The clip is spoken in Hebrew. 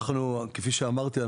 כפי שאמרתי,